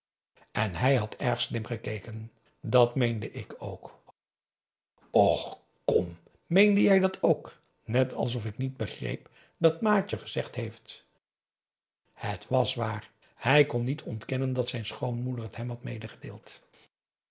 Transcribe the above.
en hij had erg slim gekeken dat meende ik ook och kom meende jij dat ook net alsof ik niet begreep dat ma het je gezegd heeft het was waar hij kon niet ontkennen dat zijn schoonmoeder t hem had meegedeeld